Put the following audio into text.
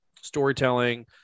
storytelling